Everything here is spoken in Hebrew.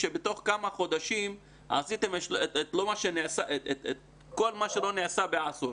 שבתוך כמה חודשים עשיתם כל מה שלא נעשה בעשור,